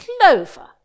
clover